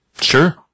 Sure